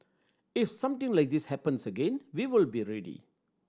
if something like this happens again we will be ready